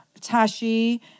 Tashi